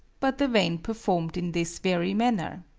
but the vane performed in this very manner.